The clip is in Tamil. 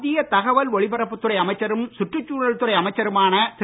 மத்திய தகவல் ஒலிபரப்பு துறை அமைச்சரும் சுற்றுச்சூழல் துறை அமைச்சருமான திரு